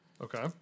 Okay